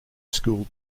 school